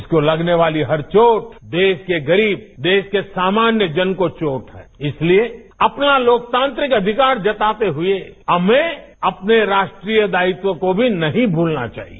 इसको लगने वाली हर चोट देश के गरीब देश के सामान्य जन को चोट इसलिए अपना लोकतांत्रिक अधिकार जताते हुए हमें अपने राष्ट्रीय दायित्वों को भी नहीं भूलना चाहिए